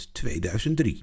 2003